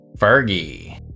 Fergie